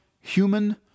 Human